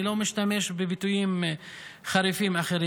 אני לא משתמש בביטויים חריפים אחרים.